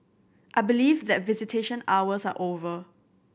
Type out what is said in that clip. I believe that visitation hours are over